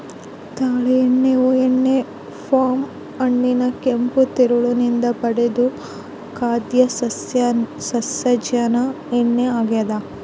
ತಾಳೆ ಎಣ್ಣೆಯು ಎಣ್ಣೆ ಪಾಮ್ ಹಣ್ಣಿನ ಕೆಂಪು ತಿರುಳು ನಿಂದ ಪಡೆದ ಖಾದ್ಯ ಸಸ್ಯಜನ್ಯ ಎಣ್ಣೆ ಆಗ್ಯದ